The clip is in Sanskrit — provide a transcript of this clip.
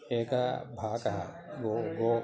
एकः भागः गो गो